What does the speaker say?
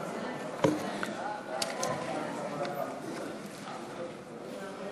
ההצעה להפוך את הצעת חוק רשות השידור (תיקון,